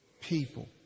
people